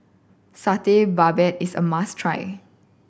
Satay Babat is a must try